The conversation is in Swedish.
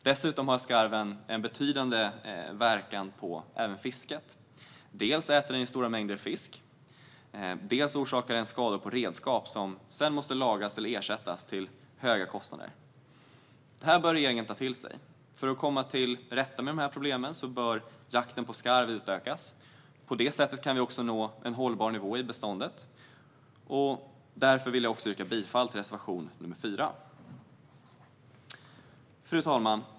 Dessutom har skarven en betydande inverkan även på fisket - dels äter den stora mängder fisk, dels orsakar den skador på redskap som sedan måste lagas eller ersättas till höga kostnader. Detta bör regeringen ta till sig. För att komma till rätta med problemen bör jakten på skarv utökas. På det sättet kan vi också nå en hållbar nivå i beståndet. Därför vill jag yrka bifall till reservation nr 4. Fru talman!